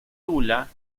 tula